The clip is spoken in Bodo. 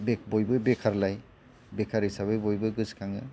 बयबो बेखारलाय बेखार हिसाबै बयबो गोसोखांङो